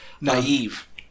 naive